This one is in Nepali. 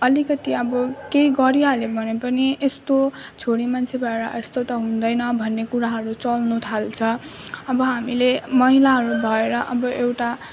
अलिकति अब केही गरिहाल्यो भने पनि यस्तो छोरी मान्छे भएर यस्तो त हुँदैन भन्ने कुराहरू चल्नु थाल्छ अब हामीले महिलाहरू भएर एउटा